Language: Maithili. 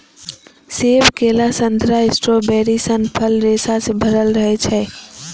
सेब, केला, संतरा, स्ट्रॉबेरी सन फल रेशा सं भरल रहै छै